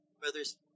brothers